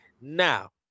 Now